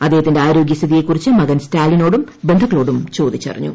അദ്ദേഹത്തിന്റെ ആരോഗ്യ സ്ഥിതിയെകുറിച്ച് മകൻ സ്റ്റാലിനോടും ബന്ധുക്കളോടും ചോദിച്ചറിഞ്ഞു